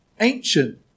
Ancient